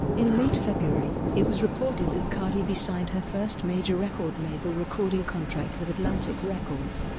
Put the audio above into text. in late february, it was reported that cardi b signed her first major record label recording contract with atlantic records.